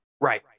Right